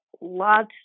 lots